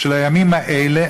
של הימים האלה,